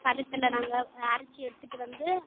பதத்தில் நாங்கள் அரைச்சி எடுத்துட்டு வந்து